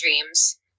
dreams